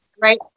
Right